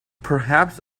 perhaps